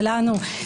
שלנו,